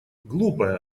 глупая